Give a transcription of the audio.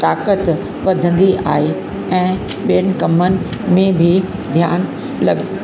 ताक़त वधंदी आहे ऐं ॿियनि कमनि में बि ध्यानु लग